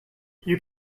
you